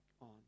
on